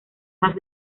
más